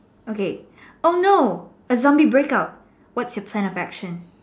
okay oh no a zombie breakout what's your plan of action